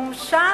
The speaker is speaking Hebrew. מומשה